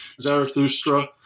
Zarathustra